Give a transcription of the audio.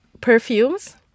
perfumes